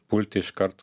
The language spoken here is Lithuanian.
pulti iškart